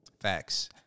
Facts